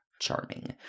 Charming